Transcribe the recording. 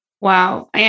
Wow